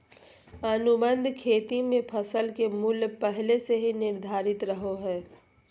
अनुबंध खेती मे फसल के मूल्य पहले से ही निर्धारित रहो हय